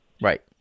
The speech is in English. Right